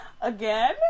Again